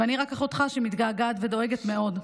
ואני רק אחותך שמתגעגעת ודואגת מאוד,